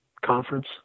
conference